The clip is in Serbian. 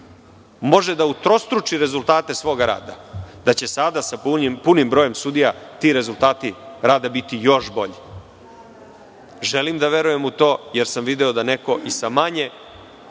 može da utrostruči rezultate svog rada, da će sada sa punim brojem sudija ti rezultati rada biti još bolji. Želim da verujem u to jer sam video da neko i sa manje